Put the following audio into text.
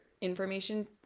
information